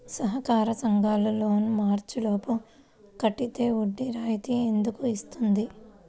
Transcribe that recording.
సహకార సంఘాల లోన్ మార్చి లోపు కట్టితే వడ్డీ రాయితీ ఎందుకు ఇస్తుంది?